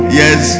yes